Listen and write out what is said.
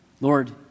Lord